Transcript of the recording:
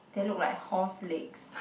they look like horse legs